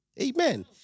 Amen